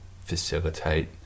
facilitate